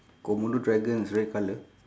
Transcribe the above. komodo dragon is red colour